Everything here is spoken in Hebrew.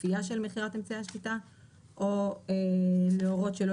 כפייה של מכירת אמצעי השליטה או להורות שלא